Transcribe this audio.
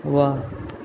वाह